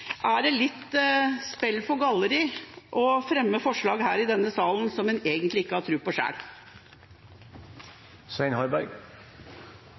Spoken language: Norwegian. Det er litt spill for galleriet å fremme forslag i denne salen som en egentlig ikke har tro på